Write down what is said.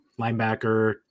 linebacker